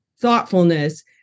thoughtfulness